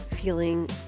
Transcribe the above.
feeling